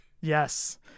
Yes